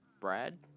Brad